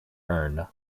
urn